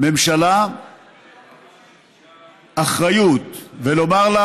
ממשלה אחריות ולומר לה: